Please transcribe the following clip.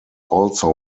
also